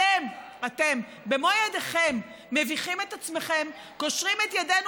אתם במו ידיכם מביכים את עצמכם וקושרים את ידינו